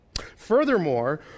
Furthermore